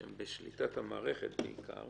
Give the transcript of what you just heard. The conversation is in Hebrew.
שהן בשליטת המערכת בעיקר